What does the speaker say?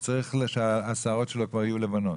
הוא צריך שהשערות שלו כבר יהיו לבנות.